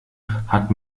hat